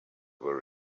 were